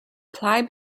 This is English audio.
ply